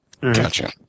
gotcha